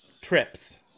Trips